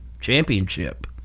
championship